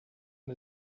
and